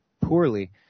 poorly